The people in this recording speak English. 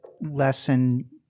lesson